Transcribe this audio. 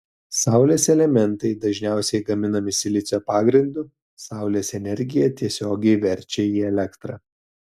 saulės elementai dažniausiai gaminami silicio pagrindu saulės energiją tiesiogiai verčia į elektrą